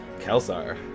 Kelsar